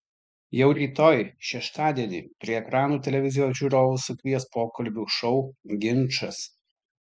jau rytoj šeštadienį prie ekranų televizijos žiūrovus sukvies pokalbių šou ginčas